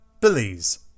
Belize